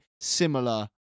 similar